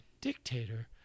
dictator